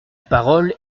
parole